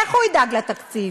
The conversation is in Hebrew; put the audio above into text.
איך הוא ידאג לתקציב?